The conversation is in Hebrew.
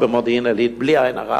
ללא לאות.